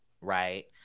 Right